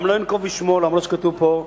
לא אנקוב גם בשמו למרות שכתוב פה,